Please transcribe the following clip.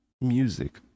music